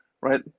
right